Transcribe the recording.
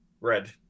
Red